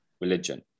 religion